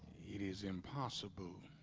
it is impossible